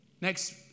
Next